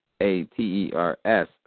A-T-E-R-S